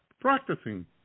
Practicing